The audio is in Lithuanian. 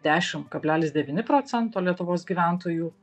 dešimt kablelis devyni procento lietuvos gyventojų